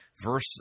Verse